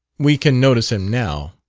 we can notice him now.